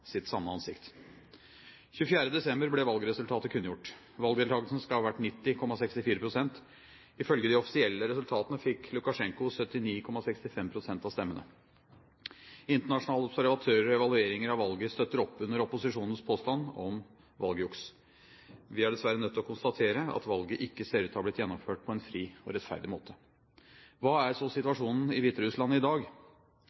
sitt sanne ansikt. Den 24. desember ble valgresultatet kunngjort. Valgdeltakelsen skal ha vært 90,64 pst. Ifølge de offisielle resultatene fikk Lukasjenko 79,65 pst. av stemmene. Internasjonale observatører og evalueringer av valget støtter opp under opposisjonens påstand om valgjuks. Vi er dessverre nødt til å konstatere at valget ikke ser ut til å ha blitt gjennomført på en fri og rettferdig måte. Hva er så